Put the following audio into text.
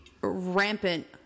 rampant